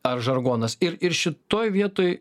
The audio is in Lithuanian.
ar žargonas ir ir šitoj vietoj